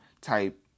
type